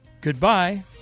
Goodbye